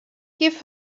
give